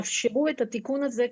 ותאפשרו את התיקון הזה.